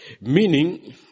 Meaning